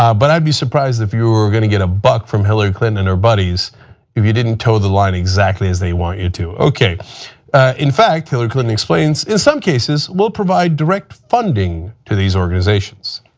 um but i would be surprised if you were going to get a book from hillary clinton and her buddies if you didn't toe the line exactly as they want you to. in fact, hillary clinton explains, in some cases, will provide direct funding to these organizations.